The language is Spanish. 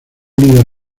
líder